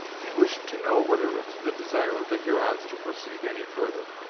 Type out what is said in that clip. he wished to know whether it was the desire of the hurons to proceed any further.